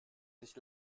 sich